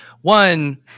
One